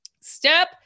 Step